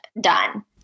done